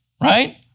Right